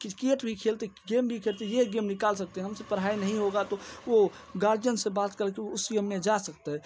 cricket भी खेलते game भी खेलते ये गेम निकाल सकते हैं हमसे पढ़ाई नहीं होगा तो वो गार्जियन बात करके उस गेम में जा सकता है